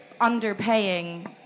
underpaying